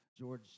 George